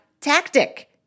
tactic